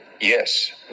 yes